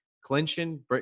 clinching